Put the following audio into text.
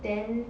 then